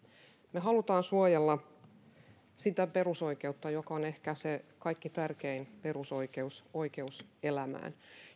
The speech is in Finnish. me haluamme suojella sitä perusoikeutta joka on ehkä se kaikkein tärkein perusoikeus oikeus elämään